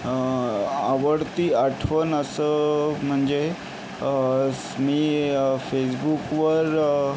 आवडती आठवण असं म्हणजे मी फेसबुकवर